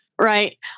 Right